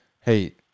Hey